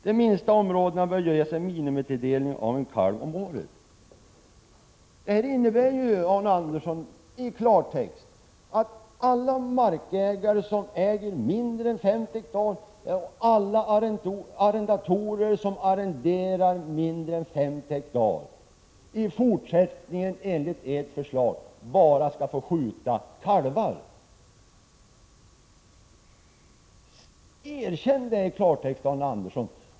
De minsta områdena bör ges en minimitilldelning av en kalv om året.” Detta innebär ju i klartext, Arne Andersson, att alla markägare som har mindre än 50 hektar och alla arrendatorer som arrenderar mindre än 50 hektar i framtiden skall få skjuta bara kalvar. Så är förhållandet. Erkänn det, Arne Andersson!